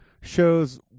shows